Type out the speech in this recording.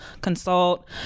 consult